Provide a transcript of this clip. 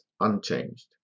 unchanged